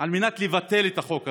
כדי לבטל את החוק הזה,